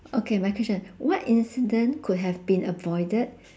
okay my question what incident could have been avoided